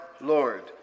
Lord